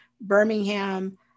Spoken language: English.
Birmingham